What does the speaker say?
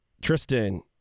Tristan